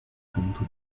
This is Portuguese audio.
canto